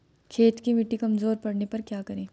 खेत की मिटी कमजोर पड़ने पर क्या करें?